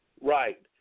right